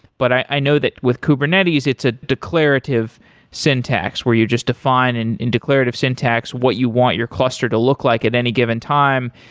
but i know that with kubernetes it's a declarative syntax, where you just define and in declarative syntax what you want your cluster to look like at any given time.